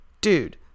dude